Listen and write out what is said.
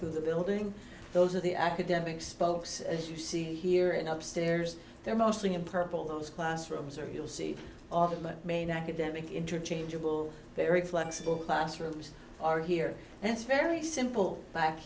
through the building those are the academic spokes as you see here and up stairs there mostly in purple those classrooms or you'll see that main academic interchangeable very flexible classrooms are here and it's very simple back